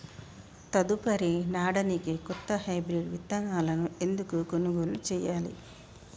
తదుపరి నాడనికి కొత్త హైబ్రిడ్ విత్తనాలను ఎందుకు కొనుగోలు చెయ్యాలి?